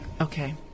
Okay